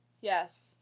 yes